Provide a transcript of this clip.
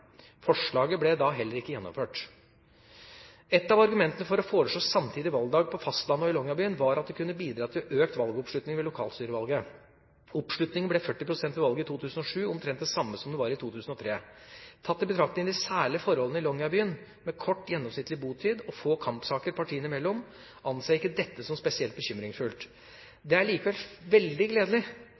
Forslaget ble da heller ikke gjennomført. Et av argumentene for å foreslå samme valgdag på fastlandet og i Longyearbyen var at det kunne bidra til økt valgoppslutning ved lokalstyrevalget. Oppslutningen ble 40 pst. ved valget i 2007, omtrent det samme som den var i 2003. Tatt i betraktning de særlige forholdene i Longyearbyen, med kort gjennomsnittlig botid og få kampsaker partiene imellom, anser jeg ikke dette som spesielt bekymringsfullt. Det er likevel veldig gledelig